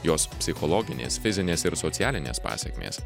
jos psichologinės fizinės ir socialinės pasekmės